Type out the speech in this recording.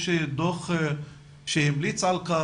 יש דוח שהמליץ על כך?